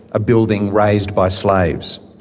a building raised by slaves.